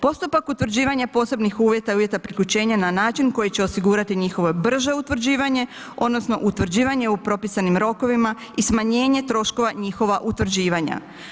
Postupak utvrđivanja posebnih uvjeta i uvjeta priključenja na način koji će osigurati njihovo brže utvrđivanje odnosno utvrđivanje u propisanim rokovima i smanjenje troškova njihova utvrđivanja.